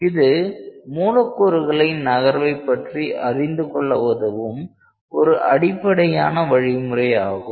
இது மூலக்கூறுகளின் நகர்வை பற்றி அறிந்து கொள்ள உதவும் ஒரு அடிப்படையான வழிமுறையாகும்